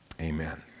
Amen